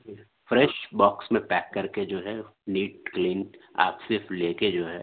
fresh box میں pack کر کے جو ہے نیٹ کلین آپ صرف لے کے جو ہے